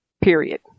Period